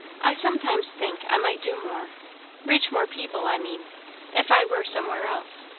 i sometimes think i might do more reach more people, i mean if i were somewhere else.